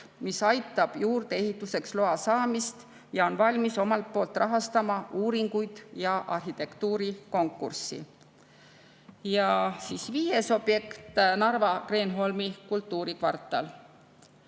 mis aitab juurdeehituseks loa saamist, ning on valmis omalt poolt rahastama uuringuid ja arhitektuurikonkurssi. Ja viies objekt, Narva Kreenholmi kultuurikvartal.